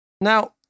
Now